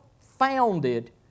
founded